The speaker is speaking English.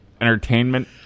entertainment